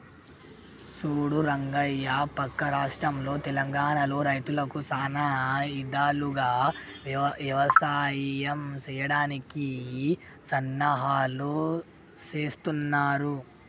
సూడు రంగయ్య పక్క రాష్ట్రంలో తెలంగానలో రైతులకు సానా ఇధాలుగా యవసాయం సెయ్యడానికి సన్నాహాలు సేస్తున్నారు